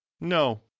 no